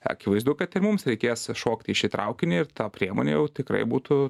akivaizdu kad ir mums reikės šokti į šį traukinį ir ta priemonė jau tikrai būtų